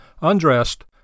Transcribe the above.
undressed